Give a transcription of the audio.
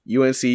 UNC